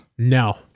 No